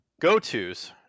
go-tos